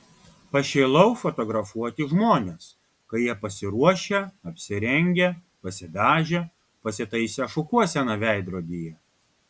pašėlau fotografuoti žmones kai jie pasiruošę apsirengę pasidažę pasitaisę šukuoseną veidrodyje